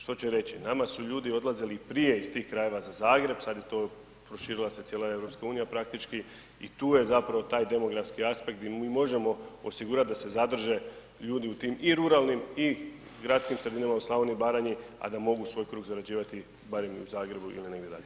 Što će reći nama su ljudi odlazili i prije iz tih krajeva za Zagreb, sad je to, proširila se cijela EU praktički i tu je zapravo taj demografski aspekt gdje mi možemo osigurat da se zadrže ljudi u tim i ruralnim i gradskim sredinama u Slavoniji i Baranji, a da mogu svoj kruh zarađivati barem i u Zagrebu ili negdje dalje.